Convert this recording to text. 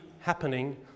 happening